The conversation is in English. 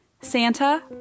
Santa